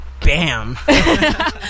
bam